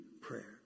prayer